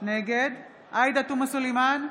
נגד עאידה תומא סלימאן,